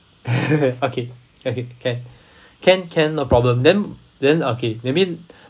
okay okay can can can no problem then then okay that mean